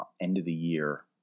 end-of-the-year